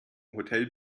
hotel